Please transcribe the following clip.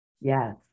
Yes